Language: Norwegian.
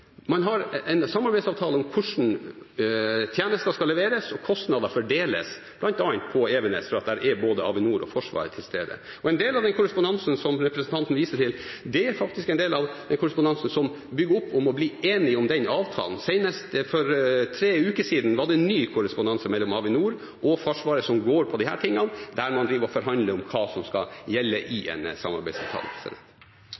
der er både Avinor og Forsvaret til stede. Og en del av den korrespondansen som representanten Nordlund viser til, er en del av en korrespondanse som bygger opp om å bli enige om den avtalen. Senest for tre uker siden var det en ny korrespondanse mellom Avinor og Forsvaret som handler om dette, der man forhandler om hva som skal gjelde